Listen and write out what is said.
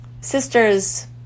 sisters